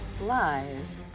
Lies